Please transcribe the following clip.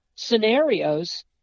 scenarios